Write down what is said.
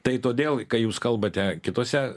tai todėl kai jūs kalbate kitose